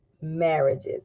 marriages